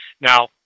Now